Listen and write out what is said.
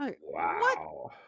Wow